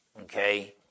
okay